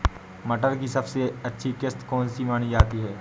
मटर की सबसे अच्छी किश्त कौन सी मानी जाती है?